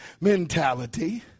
mentality